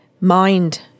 mind